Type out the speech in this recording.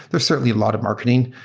there's certainly a lot of marketing.